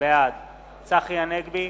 בעד צחי הנגבי,